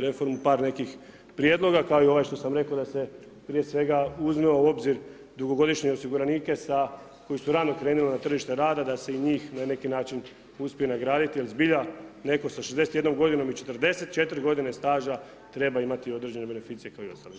reformu par nekih prijedloga kao i ovaj što sam rekao da se prije svega uzme u obzir dugogodišnje osiguranike sa koji su rano krenuli na tržište rada da se i njih na neki način uspije nagraditi jer zbilja neko sa 61. godinom i 41. godinom staža treba imati određene beneficije kao i ostali.